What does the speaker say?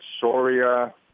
Soria